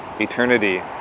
eternity